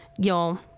y'all